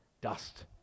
dust